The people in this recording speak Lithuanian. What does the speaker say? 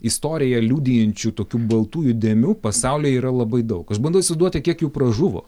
istoriją liudijančių tokių baltųjų dėmių pasaulyje yra labai daug aš bandau įsivaizduoti kiek jų pražuvo